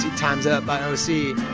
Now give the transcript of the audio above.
time's up by o c.